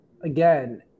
again